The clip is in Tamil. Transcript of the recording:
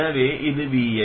எனவே இது vi